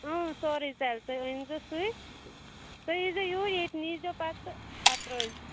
سورُے ژَلہِ تُہۍ أنۍزیٚو سُے تُہۍ ییٖزیٚو یوٗرۍ ییٚتہِ نیٖزیٚو پَتہٕ تہٕ پَتہٕ ترٛٲوِزیٚو